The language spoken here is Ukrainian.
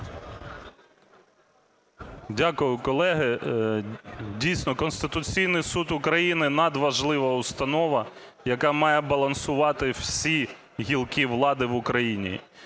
Дякую, колеги. Дійсно, Конституційний Суд України - надважлива установа, яка має балансувати всі гілки влади в Україні.